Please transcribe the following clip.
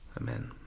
Amen